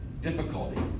difficulty